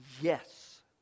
Yes